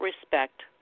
respect